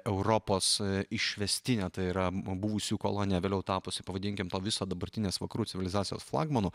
europos išvestinė tai yra buvusių kolonija vėliau tapusi pavadinkim to viso dabartinės vakarų civilizacijos flagmanu